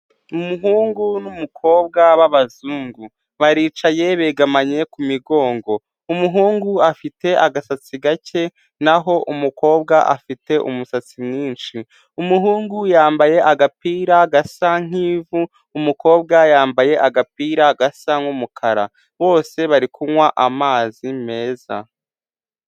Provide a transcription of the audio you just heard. Umuhungu n'umukobwa b'abazungu, baricaye begamanye ku migongo, umuhungu afite agasatsi gake naho umukobwa afite umusatsi mwinshi, umuhungu yambaye agapira gasa nk'ivu, umukobwa yambaye agapira gasa nk'umukara. Bose bari kunywa amazi meza.